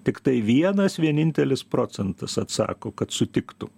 tiktai vienas vienintelis procentas atsako kad sutiktų